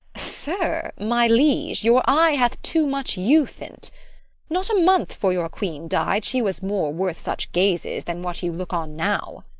sir, my liege, your eye hath too much youth in't not a month fore your queen died, she was more worth such gazes than what you look on now.